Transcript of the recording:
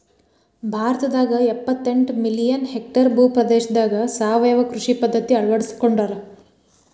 ಭಾರತದಾಗ ಎಪ್ಪತೆಂಟ million hectare ಭೂ ಪ್ರದೇಶದಾಗ ಸಾವಯವ ಕೃಷಿ ಪದ್ಧತಿ ಅಳ್ವಡಿಸಿಕೊಂಡಾರ